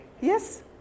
Yes